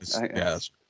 Yes